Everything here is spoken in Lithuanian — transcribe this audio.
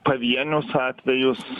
pavienius atvejus